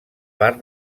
part